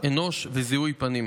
אנוש וזיהוי פנים,